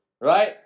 right